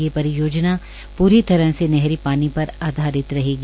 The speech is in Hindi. ये परियोजना पूरी तरह से नहरी पानी पर आधारित रहेगी